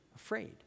Afraid